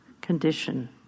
condition